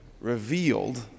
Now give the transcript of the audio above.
revealed